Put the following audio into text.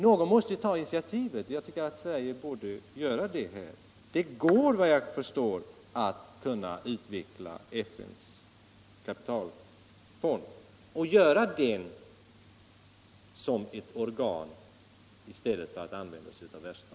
Någon måste ta initiativet, och jag tycker att Sverige borde göra det. Det går, efter vad jag förstår, att utveckla FN:s kapitalfond så att det blir möjligt att använda den i stället för Världsbanken och IDA.